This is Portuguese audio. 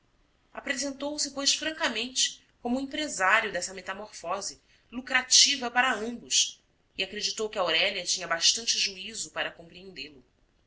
apresentou-se pois francamente como o empresário dessa metamorfose lucrativa para ambos e acreditou que aurélia tinha bastante juízo para compreendê lo